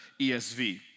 ESV